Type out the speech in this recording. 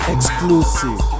Exclusive